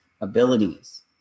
abilities